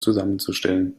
zusammenzustellen